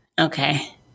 Okay